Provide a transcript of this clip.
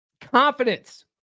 Confidence